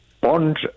bond